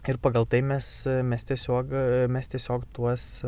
ir pagal tai mes mes tiesiog mes tiesiog tuos